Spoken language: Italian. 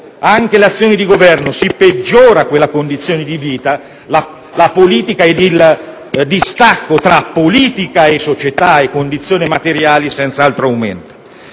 l'azione di governo si peggiora quella condizione di vita, il distacco tra politica, società e condizioni materiali senz'altro aumenterà.